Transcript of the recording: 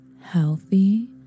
healthy